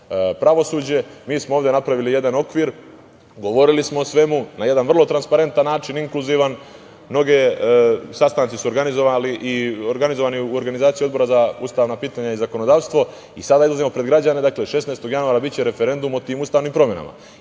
pravosuđe. Mi smo ovde napravili jedan okvir, govorili smo o svemu na jedan vrlo transparentan način inkluzivan. Sastanci su organizovani u organizaciji Odbora za ustavna pitanja i zakonodavstvo i sada da uzmemo pred građane. Dakle, 16. januara, biće referendum o tim ustavnim promenama